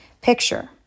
Picture